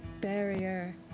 barrier